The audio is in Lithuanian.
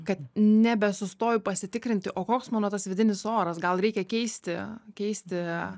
kad nebesustoju pasitikrinti o koks mano tas vidinis oras gal reikia keisti keisti